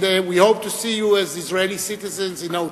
and we hope to see you as Israeli citizens in no time.